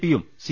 പിയും സി